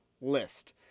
list